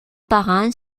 parents